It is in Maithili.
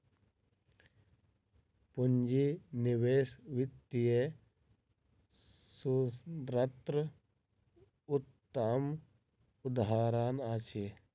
पूंजी निवेश वित्तीय सूत्रक उत्तम उदहारण अछि